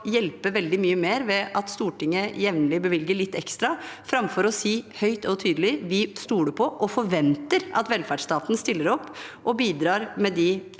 hjelpe veldig mye mer ved at Stortinget jevnlig bevilger litt ekstra, framfor høyt og tydelig si at vi stoler på og forventer at velferdsstaten stiller opp og bidrar ved de